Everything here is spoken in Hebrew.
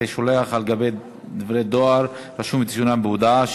שולח על גבי דבר דואר רשום וציונם בהודעה),